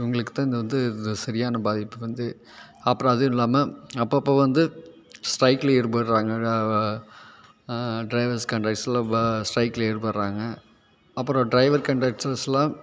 இவங்களுக்குத்தான் இதுவந்து சரியான பாதிப்பு வந்து அப்புறம் அதுவும் இல்லாமல் அப்பப்போ வந்து ஸ்ட்ரைக்லேயும் ஈடுபடறாங்க டிரைவர்ஸ் கண்டக்டர்ஸ்லாம் இப்போ ஸ்ட்ரைக்கில் ஈடுபடறாங்க அப்புறம் டிரைவர் கண்டக்டர்ஸ்லாம்